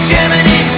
Germany